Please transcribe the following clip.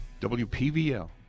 WPVL